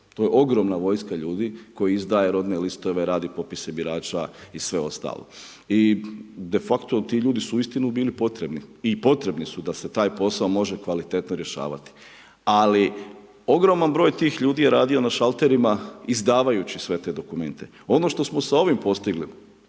To je ogroman vojska ljudi koji izdaje rodne listove, radi popise birača i sve ostalo. I de facto, ti ljudi su uistinu bili potrebni i potrebni su da se taj posao može kvalitetno rješavati. Ali, ogroman broj tih ljudi je radio na šalterima, izdvajajući sve te dokumente, ono što smo s ovim postigli,